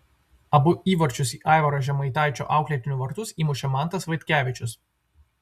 abu įvarčius į aivaro žemaitaičio auklėtinių vartus įmušė mantas vaitkevičius